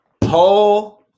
Paul